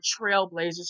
trailblazers